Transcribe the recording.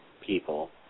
people